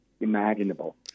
imaginable